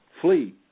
flee